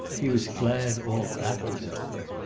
he was glad all that was over.